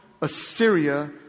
Assyria